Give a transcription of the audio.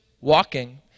walking